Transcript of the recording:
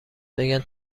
بگن